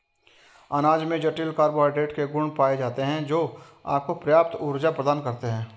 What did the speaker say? अनाज में जटिल कार्बोहाइड्रेट के गुण पाए जाते हैं, जो आपको पर्याप्त ऊर्जा प्रदान करते हैं